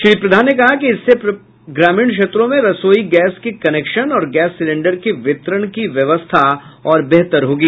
श्री प्रधान ने कहा कि इससे ग्रामीण क्षेत्रों में रसोई गैस के कनेक्शन और गैस सिलेंडर के वितरण की व्यवस्था और बेहतर होगी